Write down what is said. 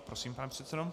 Prosím, pane předsedo.